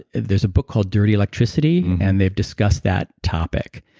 there's a book called dirty electricity and they've discussed that topic.